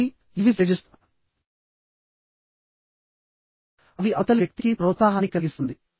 కాబట్టి ఇవి ఫ్రెజెస్ అవి అవతలి వ్యక్తికి ప్రోత్సాహాన్ని కలిగిస్తుంది